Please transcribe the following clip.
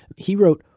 he wrote,